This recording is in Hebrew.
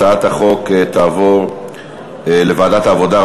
הצעת החוק תעבור לוועדת העבודה,